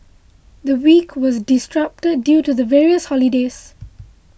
the week was disrupted due to the various holidays